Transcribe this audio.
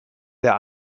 der